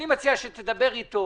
מאיר, אני מציע שתדבר איתו.